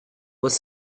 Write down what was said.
was